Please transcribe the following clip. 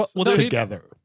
together